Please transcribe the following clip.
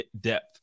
depth